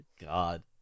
God